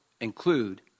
include